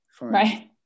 Right